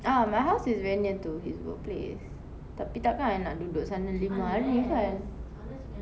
ah my house is very near to his workplace tapi takkan I nak duduk sana lima hari kan